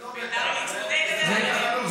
זה לא ביתר, זה, ביתר עילית, צמודי גדר.